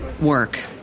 work